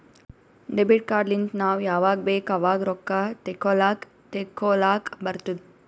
debit card ಲಿಂತ್ ನಾವ್ ಯಾವಾಗ್ ಬೇಕ್ ಆವಾಗ್ ರೊಕ್ಕಾ ತೆಕ್ಕೋಲಾಕ್ ತೇಕೊಲಾಕ್ ಬರ್ತುದ್